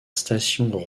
station